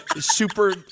super